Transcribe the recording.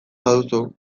baduzu